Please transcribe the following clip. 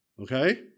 okay